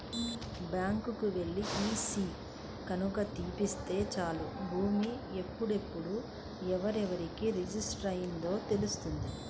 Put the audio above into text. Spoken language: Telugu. బ్యాంకుకెల్లి ఈసీ గనక తీపిత్తే చాలు భూమి ఎప్పుడెప్పుడు ఎవరెవరికి రిజిస్టర్ అయ్యిందో తెలుత్తది